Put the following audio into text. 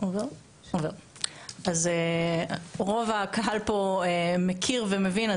אז רוב הקהל פה מכיר ומבין,